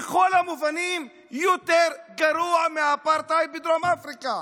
בכל המובנים זה יותר גרוע מהאפרטהייד בדרום אפריקה,